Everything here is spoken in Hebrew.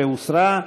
15 הוסרה.